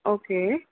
okay